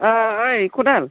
औ ओइ खदाल